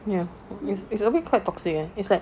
ya it's it's a bit quite toxic eh it's like